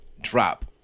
drop